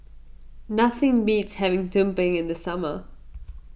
nothing beats having Tumpeng in the summer